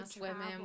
women